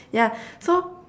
ya so